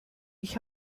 ich